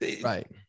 right